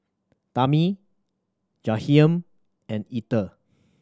Tami Jahiem and Ether